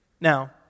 Now